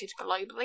globally